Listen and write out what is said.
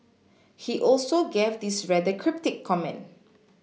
he also gave this rather cryptic comment